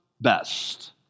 best